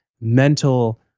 mental